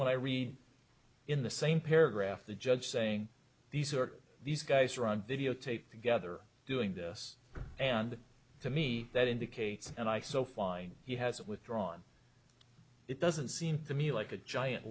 what i read in the same paragraph the judge saying these are these guys are on videotape together doing this and to me that indicates and i so flying he has withdrawn it doesn't seem to me like a giant